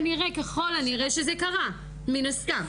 ככל הנראה שזה קרה, מן הסתם.